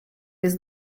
this